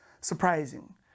surprising